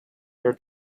your